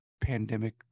pandemic